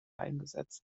eingesetzt